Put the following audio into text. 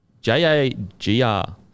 J-A-G-R